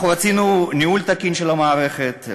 אנחנו רצינו ניהול תקין של המערכת,